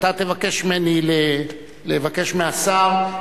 אתה תבקש ממני לבקש מהשר,